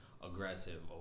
aggressive